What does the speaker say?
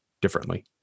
differently